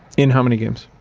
in how many games?